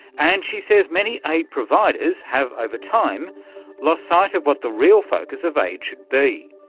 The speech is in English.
and she says many aid providers have over time lost sight of what the real focus of aid should be.